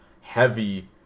heavy